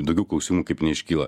daugiau klausimų kaip neiškyla